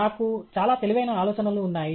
నాకు చాలా తెలివైన ఆలోచనలు ఉన్నాయి